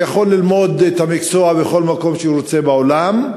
יכול ללמוד את המקצוע בכל מקום שהוא רוצה בעולם,